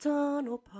Tunnel